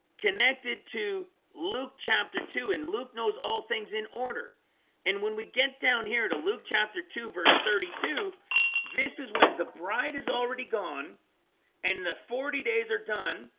connected to luke chapter two and luke knows all things in order and when we get down here to luke chapter two verse thirty two this is when the bride is already gone and the forty days are done.